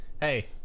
Hey